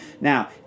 Now